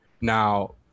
Now